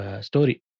story